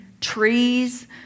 trees